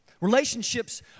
Relationships